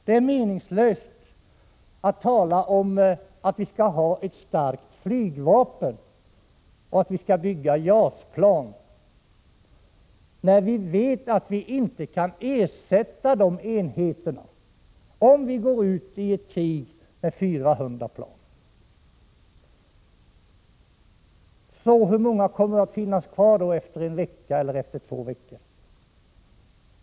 Det är meningslöst att tala om att vi skall ha ett starkt flygvapen och bygga JAS-plan, när vi vet att vi inte kan ersätta de enheterna. Om vi går ut i ett krig med 400 plan — hur många finns då kvar efter en eller två veckor?